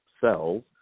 cells